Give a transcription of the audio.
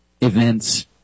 events